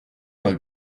vingt